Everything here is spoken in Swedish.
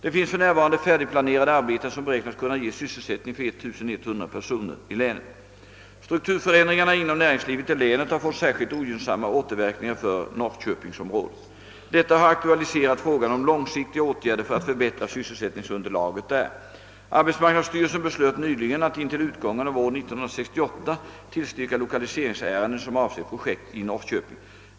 Det finns för närvarande färdigplanerade arbeten som beräknas kunna ge sysselsättning för 1100 personer i länet. Strukturförändringarna inom = näringslivet i länet har fått särskilt ogynnsamma återverkningar för mnorrköpingsområdet. Detta har aktualiserat frågan om långsiktiga åtgärder för att förbättra sysselsättningsunderlaget där. Arbetsmarknadsstyrelsen beslöt nyligen att intill utgången av år 1968 tillstyrka lokaliseringsärenden som avser projekt i Norrköping.